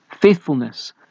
Faithfulness